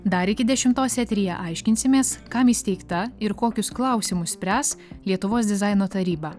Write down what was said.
dar iki dešimtos eteryje aiškinsimės kam įsteigta ir kokius klausimus spręs lietuvos dizaino taryba